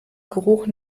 geruch